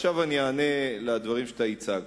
עכשיו אני אענה על הדברים שאתה הצגת.